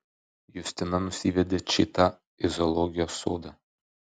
justina nusivedė čitą į zoologijos sodą